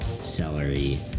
celery